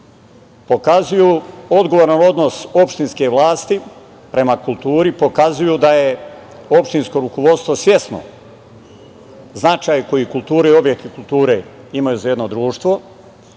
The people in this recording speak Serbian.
pokazuju odgovaran odnos opštinske vlasti prema kulturi, pokazuju da je opštinsko rukovodstvo svesno značaja koje objekti kulture imaju za jedno društvo,